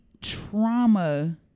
trauma